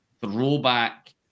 throwback